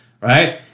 right